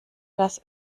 das